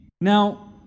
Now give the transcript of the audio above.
now